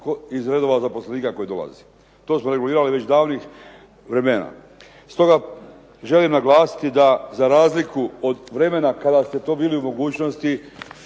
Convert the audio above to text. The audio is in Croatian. iz redova zaposlenika koji dolaze. To smo regulirali već davnih vremena. Stoga želim naglasiti da za razliku od vremena kada ste to bili u mogućnosti,